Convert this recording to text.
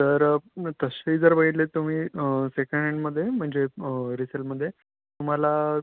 तर मग तशी जर बघितली तुम्ही सेकंडहँडमध्ये म्हणजे रिसेलमध्ये तुम्हाला